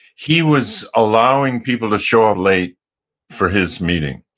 he was allowing people to show up late for his meeting.